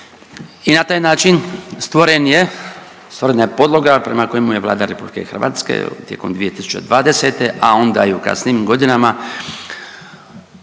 i na taj način stvoren je, stvorena je podloga prema kojemu je Vlada RH tijekom 2020. a onda i u kasnijim godinama